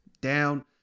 down